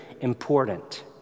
important